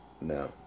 No